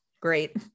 great